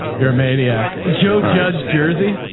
you're a maniac. joe judged jersey.